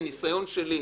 מניסיון שלי,